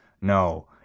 No